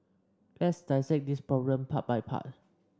let's dissect this problem part by part